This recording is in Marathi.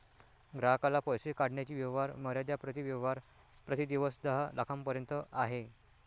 ग्राहकाला पैसे काढण्याची व्यवहार मर्यादा प्रति व्यवहार प्रति दिवस दहा लाखांपर्यंत आहे